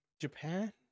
Japan